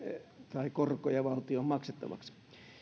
tai korkoja valtion maksettavaksi